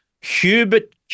Hubert